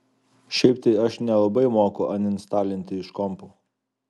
šiaip tai aš nelabai moku aninstalinti iš kompo